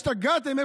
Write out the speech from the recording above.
השתגעתם?